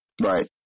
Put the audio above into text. Right